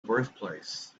birthplace